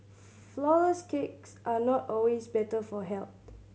flourless cakes are not always better for health